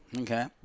Okay